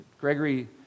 Gregory